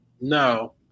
No